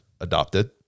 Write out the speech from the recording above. adopted